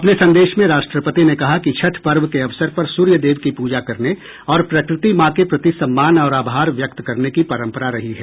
अपने संदेश में राष्ट्रपति ने कहा कि छठ पर्व के अवसर पर सूर्य देव की पूजा करने और प्रकृति मां के प्रति सम्मान और आभार व्यक्त करने की परम्परा रही है